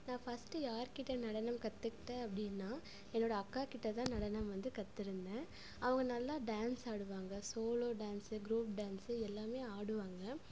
நான் ஃபர்ஸ்ட்டு யார்கிட்ட நடனம் கத்துக்கிட்டேன் அப்படினா என்னோடய அக்கா கிட்ட தான் நடனம் வந்து கற்றுருந்தேன் அவங்க நல்லா டான்சு ஆடுவாங்க சோலோ டான்சு குரூப் டான்சு எல்லாம் ஆடுவாங்க